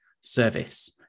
service